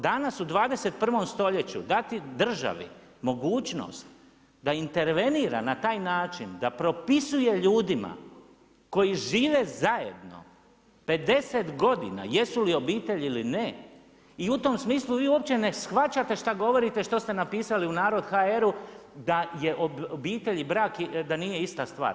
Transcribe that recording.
Danas u 21. stoljeću dati državi mogućnost da intervenira na taj način da propisuje ljudima koji žive zajedno 50 godina jesu li obitelj ili ne i u tom smislu vi uopće ne shvaćate što govorite što ste napisali u Narod hr.-u da je obitelj i brak da nije ista stvar.